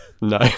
No